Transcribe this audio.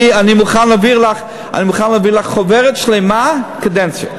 אני מוכן להעביר לך חוברת שלמה, קדנציות.